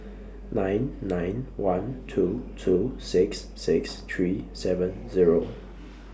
nine nine one two two six six three seven Zero